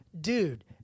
dude